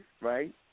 right